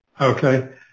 okay